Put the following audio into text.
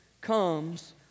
comes